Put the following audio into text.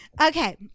Okay